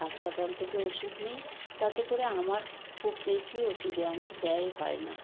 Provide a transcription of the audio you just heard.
হাসপাতাল থেকে ওষুধ নিই তাতে করে আমার খুব বেশি ওষুধে আমার ব্যয় হয় না